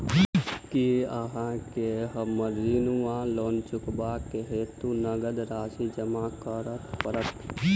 की अहाँ केँ हमरा ऋण वा लोन चुकेबाक हेतु नगद राशि जमा करऽ पड़त?